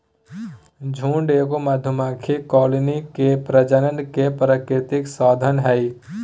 झुंड एगो मधुमक्खी कॉलोनी के प्रजनन के प्राकृतिक साधन हइ